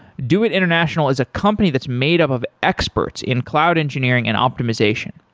doit international is a company that's made up of experts in cloud engineering and optimization.